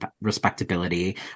respectability